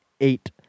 eight